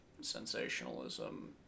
sensationalism